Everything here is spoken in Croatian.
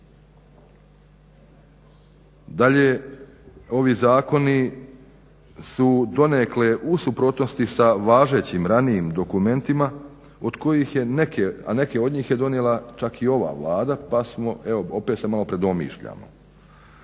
Dalje, ovi zakoni su donekle u suprotnosti sa važećim ranijim dokumentima od kojih je neke, a neke od njih je donijela čak i ova Vlada, pa smo evo opet se malo predomišljamo.